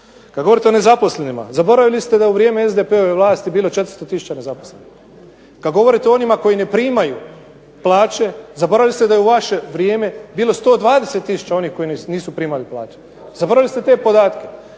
Kad govorite o nezaposlenima, zaboravili ste da u vrijeme SDP-ove vlasti bilo 400 tisuća nezaposlenih. Kad govorite o onima koji ne primaju plaće, zaboravili ste da je u vaše vrijeme bilo 120 tisuća onih koji nisu primali plaće. Zaboravili ste te podatke.